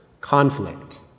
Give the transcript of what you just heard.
conflict